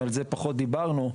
ועל זה פחות דיברנו,